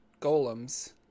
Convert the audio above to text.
Golems